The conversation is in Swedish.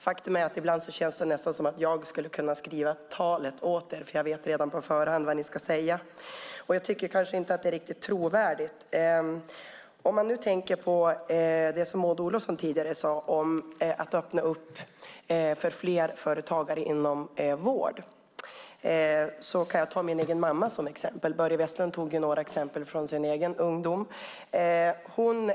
Faktum är att det ibland nästan känns som att jag skulle kunna skriva talet åt er på förhand med vad ni ska säga. Det är kanske inte riktigt trovärdigt. Om man tänker på det Maud Olofsson tidigare sade om att öppna för fler företag inom vård kan jag ta min egen mamma som exempel. Börje Vestlund tog några exempel från sin egen ungdom.